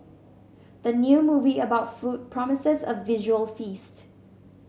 the new movie about food promises a visual feast